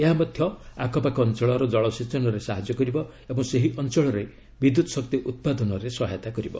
ଏହା ମଧ୍ୟ ଆଖପାଖ ଅଞ୍ଚଳର ଜଳସେଚନରେ ସାହାଯ୍ୟ କରିବ ଏବଂ ସେହି ଅଞ୍ଚଳରେ ବିଦ୍ୟୁତ୍ ଶକ୍ତି ଉତ୍ପାଦନରେ ସହାୟତା କରିବ